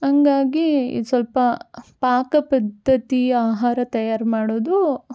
ಹಂಗಾಗಿ ಇದು ಸ್ವಲ್ಪ ಪಾಕ ಪದ್ಧತಿಯ ಆಹಾರ ತಯಾರಿ ಮಾಡೋದು